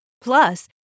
Plus